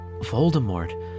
Voldemort